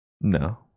No